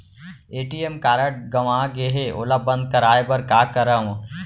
ATM card गंवा गे है ओला बंद कराये बर का करंव?